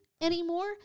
anymore